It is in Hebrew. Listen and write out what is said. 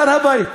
הר-הבית,